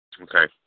Okay